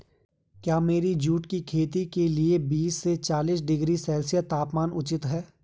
क्या मेरी जूट की खेती के लिए बीस से चालीस डिग्री सेल्सियस तापमान उचित है?